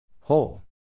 Whole